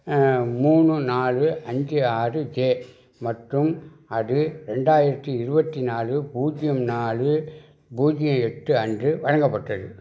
மூணு நாலு அஞ்சு ஆறு ஜே மற்றும் அது ரெண்டாயிரத்தி இருபத்தி நாலு பூஜ்ஜியம் நாலு பூஜ்ஜியம் எட்டு அன்று வழங்கப்பட்டது